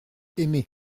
aimé